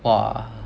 !wah!